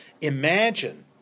imagine